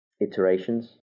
iterations